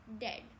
dead